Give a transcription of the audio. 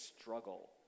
struggle